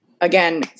Again